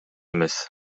эмес